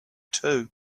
too